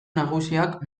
nagusiak